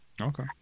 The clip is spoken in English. Okay